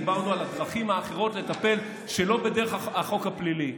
דיברנו על הדרכים האחרות לטפל שלא בדרך החוק הפלילי.